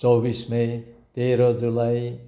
चौबिस मे तेह्र जुलाई